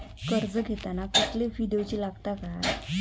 कर्ज घेताना कसले फी दिऊचे लागतत काय?